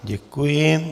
Děkuji.